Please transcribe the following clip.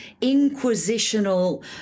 inquisitional